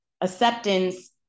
Acceptance